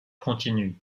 continue